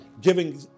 giving